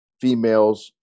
females